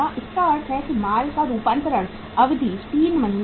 इसका अर्थ है माल का रूपांतरण अवधि 3 महीने है